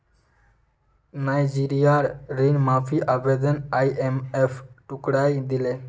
नाइजीरियार ऋण माफी आवेदन आईएमएफ ठुकरइ दिले